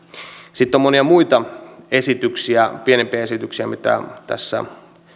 sitten on monia muita esityksiä pienempiä esityksiä mitä